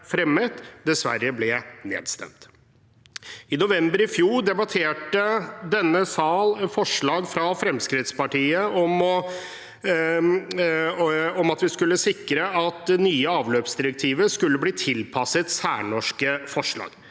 fremmet, dessverre ble nedstemt. I november i fjor debatterte denne sal forslag fra Fremskrittspartiet om at vi skulle sikre at det nye avløpsdirektivet skulle bli tilpasset særnorske forhold.